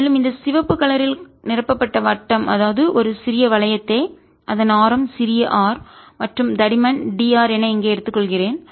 மேலும் இந்த சிவப்பு கலரில் நிரப்பப்பட்ட வட்டம் அதாவது ஒரு சிறிய வளையத்தைஅதன் ஆரம் சிறிய r மற்றும் தடிமன் dr என இங்கே எடுத்துக்கொள்கிறேன்